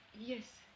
Yes